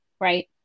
right